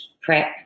prep